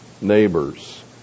neighbors